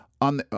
on